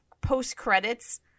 post-credits